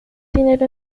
dinero